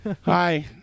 Hi